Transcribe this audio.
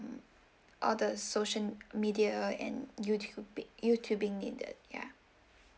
all the social media and youtube youtubing needed ya